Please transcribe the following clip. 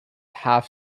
half